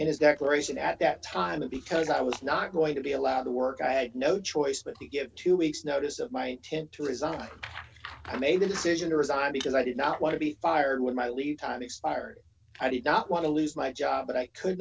in his declaration at that time because i was not going to be allowed to work i had no choice but to give two weeks notice of my intent to resign i made a decision to resign because i did not want to be fired when my leave time expired i did not want to lose my job but i could